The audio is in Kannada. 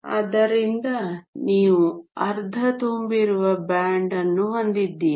ಆದ್ದರಿಂದ ನೀವು ಅರ್ಧ ತುಂಬಿರುವ ಬ್ಯಾಂಡ್ ಅನ್ನು ಹೊಂದಿದ್ದೀರಿ